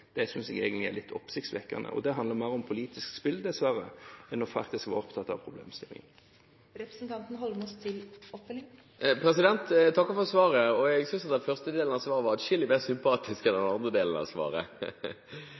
jeg egentlig er litt oppsiktsvekkende. Det handler dessverre mer om politisk spill enn om faktisk å være opptatt av problemstillingen. Jeg takker for svaret, og jeg synes at den første delen av svaret var atskillig mer sympatisk enn